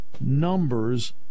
numbers